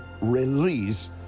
release